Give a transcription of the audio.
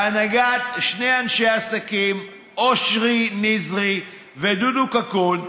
בהנהגת שני אנשי עסקים, אושרי נזרי ודודו קקון,